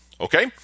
okay